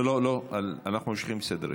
לא, לא, לא, אנחנו ממשיכים בסדר-היום.